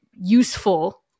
useful